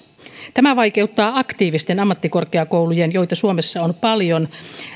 tämä vaikeuttaa aktiivisten ammattikorkeakoulujen joita suomessa on paljon